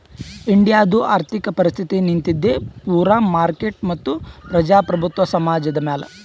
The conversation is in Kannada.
ಇಂಡಿಯಾದು ಆರ್ಥಿಕ ಪರಿಸ್ಥಿತಿ ನಿಂತಿದ್ದೆ ಪೂರಾ ಮಾರ್ಕೆಟ್ ಮತ್ತ ಪ್ರಜಾಪ್ರಭುತ್ವ ಸಮಾಜದ್ ಮ್ಯಾಲ